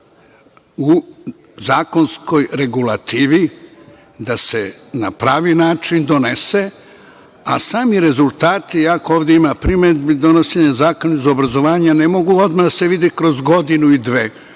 u zakonskoj regulativi da se na pravi način donese, a sami rezultati, iako ovde ima primedbi na donošenje zakona o obrazovanju, ne mogu odmah da se vide kroz godinu i dve,